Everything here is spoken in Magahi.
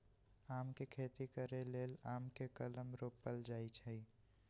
आम के खेती करे लेल आम के कलम रोपल जाइ छइ